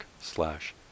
slash